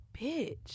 bitch